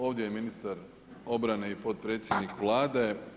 Ovdje je ministar obrane i potpredsjednik Vlade.